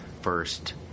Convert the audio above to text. first